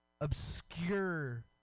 obscure